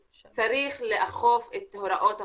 צריך לאכוף את הוראות החוק,